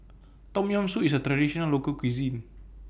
Tom Yam Soup IS A Traditional Local Cuisine